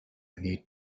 need